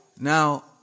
Now